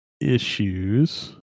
issues